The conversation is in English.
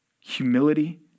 humility